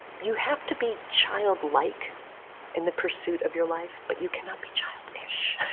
you have to be child like in the pursuit of your life, but you cannot be childish.